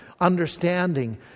understanding